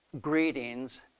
greetings